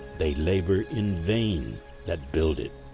they labor in vain that build it.